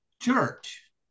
church